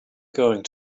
going